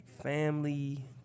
family